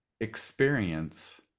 experience